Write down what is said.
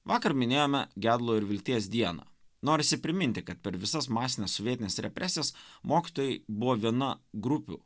vakar minėjome gedulo ir vilties dieną norisi priminti kad per visas masines sovietines represijas mokytojai buvo viena grupių